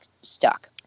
stuck